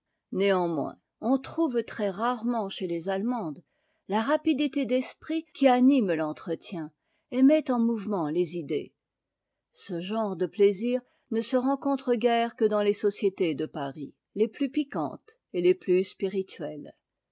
néanmoins on trouve très-rarement chez les allemandes ta rapidité d'esprit qui anime l'entretien et met en mouvement toutes les idées ce genre de plàisir ne se rencontre guère que dans les sociétés de paris les plus piquantes et les plus spirituelles